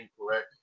incorrect